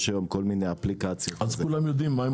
יש היום כל מיני אפליקציות- - אז כולם יודעים מה הם מוכרים,